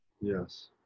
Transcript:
Yes